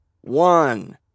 one